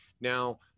now